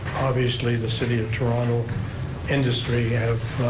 obviously the city of toronto industry have